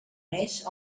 més